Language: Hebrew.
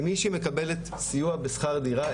אם מישהי מקבלת סיוע בשכר דירה,